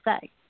say